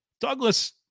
Douglas